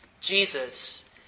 Jesus